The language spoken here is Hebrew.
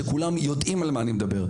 וכולם פה יודעים על מה אני מדבר.